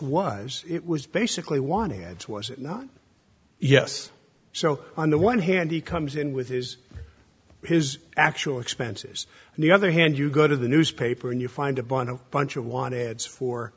was it was basically wanting it was not yes so on the one hand he comes in with his his actual expenses and the other hand you go to the newspaper and you find a bunch of bunch of want ads for